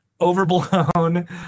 overblown